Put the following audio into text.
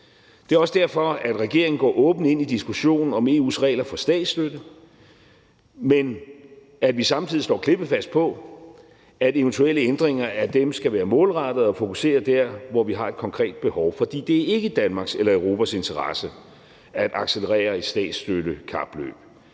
Det er også derfor, at regeringen går åbent ind i diskussionen om EU’s regler for statsstøtte. Men vi står samtidig står klippefast på, at eventuelle ændringer af dem skal være målrettet og fokuseret dér, hvor vi har et konkret behov. For det er ikke i Danmarks eller Europas interesse at accelerere et statsstøttekapløb,